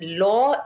law